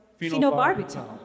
phenobarbital